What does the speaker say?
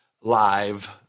live